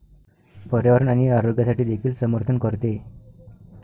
पर्यावरण आणि आरोग्यासाठी देखील समर्थन करते